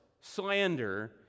slander